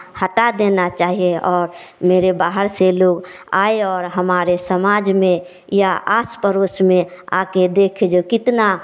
हटा देना चाहिए और मेरे बाहर से लोग आए और हमारे समाज में या आस पड़ोस में आ कर देखे जो कितना